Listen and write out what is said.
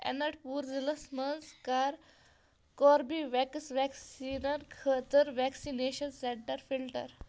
اَٮ۪نَٹ پوٗر ضلعس مَنٛز کر کوربِویٚکس ویکسیٖنَن خٲطرٕ ویکسِنیشن سینٹر فلٹر